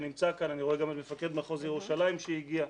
אני רואה גם את מפקד מחוז ירושלים שהגיע,